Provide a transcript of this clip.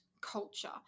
culture